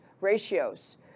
ratios